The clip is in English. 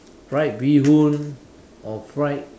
fried bee-hoon or fried